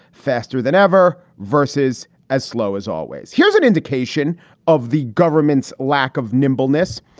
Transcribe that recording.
faster than ever. versus as slow as always. here's an indication of the government's lack of nimbleness.